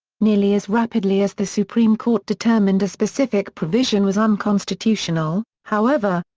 nearly as rapidly as the supreme court determined a specific provision was unconstitutional, however,